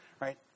Right